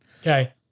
Okay